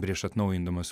prieš atnaujindamas